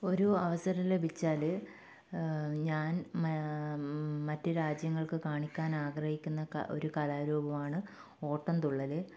ഒരു അവസരം ലഭിച്ചാൽ ഞാൻ മറ്റു രാജ്യങ്ങൾക്ക് കാണിക്കാൻ ആഗ്രഹിക്കുന്ന ഒരു കലാരൂപമാണ് ഓട്ടൻതുള്ളൽ